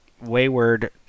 wayward